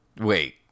Wait